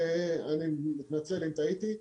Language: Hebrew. אני מתנצל אם טעיתי.